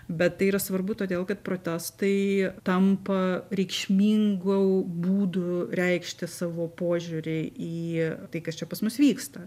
bet tai yra svarbu todėl kad protestai tampa reikšmingu būdu reikšti savo požiūrį į tai kas čia pas mus vyksta